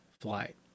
flight